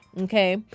Okay